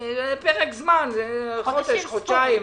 - פרק זמן, חודש, חודשיים.